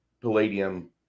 Palladium